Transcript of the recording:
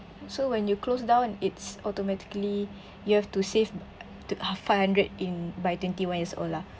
so when you close down it's automatically you have to save to five hundred in by twenty-one years old lah